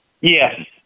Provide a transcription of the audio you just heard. Yes